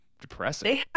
depressing